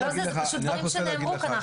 זה דברים שנאמרו כאן,